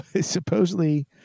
supposedly